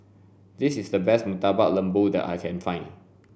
this is the best murtabak lembu that I can find